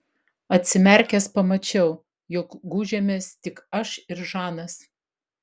atsimerkęs pamačiau jog gūžėmės tik aš ir žanas